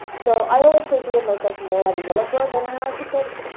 so i always consider myself more a developer than an architect.